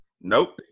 Nope